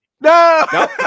No